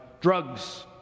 drugs